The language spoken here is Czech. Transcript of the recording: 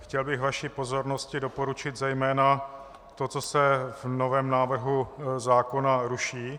Chtěl bych vaší pozornosti doporučit zejména to, co se v novém návrhu zákona ruší.